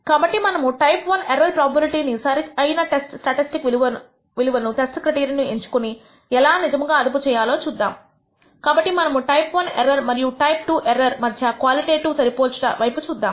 కాబట్టి మనము type I error probability ని సరి అయిన టెస్ట్ స్టాటిస్టిక్ విలువలు అనుటెస్ట్ క్రైటీరియన్ ఎంచుకుని ఎలా నిజముగా అదుపు చేయాలి చూద్దాము కాబట్టి మనము టైప్ I ఎర్రర్ మరియు టైప్ II ఎర్రర్ మధ్య క్వాలిటేటివ్ గా సరిపోల్చుట వైపు చూద్దాము